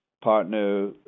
partner